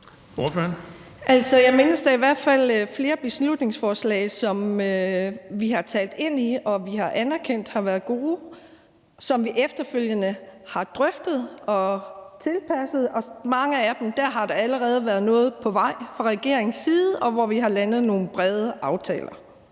da i hvert fald flere beslutningsforslag, som vi har talt ind i og anerkendt har været gode, og som vi efterfølgende har drøftet og tilpasset. For manges vedkommende har der allerede været noget på vej fra regeringens side, hvor vi har landet nogle brede aftaler.